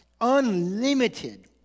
unlimited